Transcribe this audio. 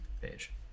page